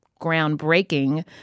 groundbreaking